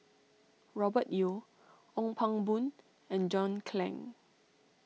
Robert Yeo Ong Pang Boon and John Clang